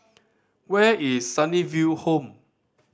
where is Sunnyville Home